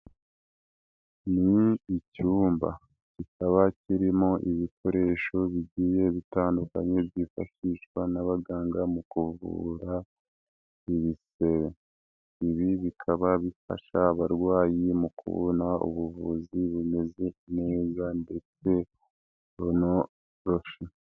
Ni icyumba kikaba kirimo ibikoresho bigiye bitandukanye byifashishwa n'abaganga mu kuvura ibisebe, ibi bikaba bifasha abarwayi mu kubona ubuvuzi bumeze neza ndetse bunoroshye.